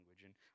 language